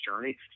journey